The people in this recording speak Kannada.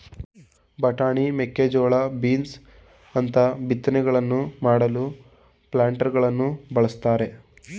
ಬಟಾಣಿ, ಮೇಕೆಜೋಳ, ಬೀನ್ಸ್ ಅಂತ ಬಿತ್ತನೆಗಳನ್ನು ಮಾಡಲು ಪ್ಲಾಂಟರಗಳನ್ನು ಬಳ್ಸತ್ತರೆ